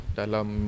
dalam